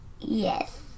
yes